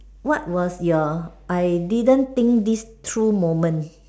what was your I didn't think this through moment